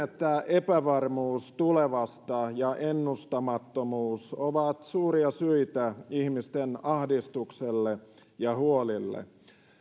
epävarmuus tulevasta ja ennustamattomuus ovat suuria syitä ihmisten ahdistukselle ja huolille